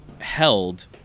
held